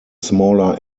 smaller